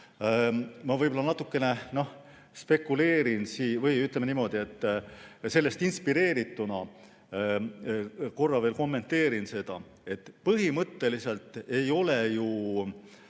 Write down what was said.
ma võib-olla natukene spekuleerin või, ütleme niimoodi, sellest inspireerituna korra veel kommenteerin seda teemat. Põhimõtteliselt ei ole ju